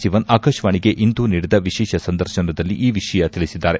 ಶಿವನ್ ಆಕಾಶವಾಣಿಗೆ ಇಂದು ನೀಡಿದ ವಿಶೇಷ ಸಂದರ್ಶನದಲ್ಲಿ ಈ ವಿಷಯ ತಿಳಿಸಿದ್ದಾರೆ